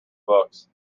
books